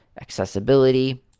Accessibility